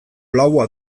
laua